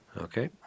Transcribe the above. Okay